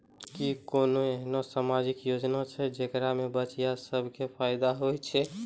कि कोनो एहनो समाजिक योजना छै जेकरा से बचिया सभ के फायदा होय छै?